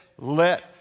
let